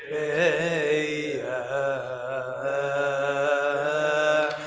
a a